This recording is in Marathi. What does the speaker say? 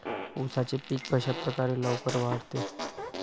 उसाचे पीक कशाप्रकारे लवकर वाढते?